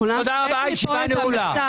הישיבה נעולה.